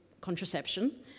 contraception